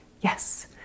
Yes